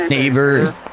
Neighbors